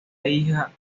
hija